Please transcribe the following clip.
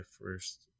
first